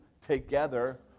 together